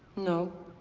no.